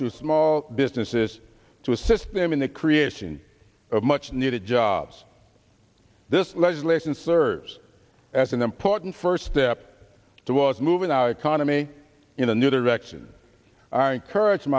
to small businesses to assist them in the creation of much needed jobs this legislation serves as an important first step towards moving our economy in a new direction i encourage